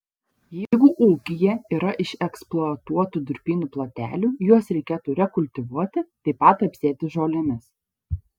jeigu ūkyje yra išeksploatuotų durpynų plotelių juos reikėtų rekultivuoti taip pat apsėti žolėmis